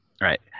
right